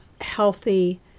healthy